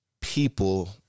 people